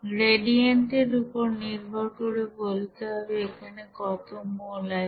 gradient এর উপর নির্ভর করে বলতে হবে এখানে কত মোল আছে